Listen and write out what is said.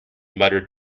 muttered